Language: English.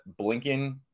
Blinken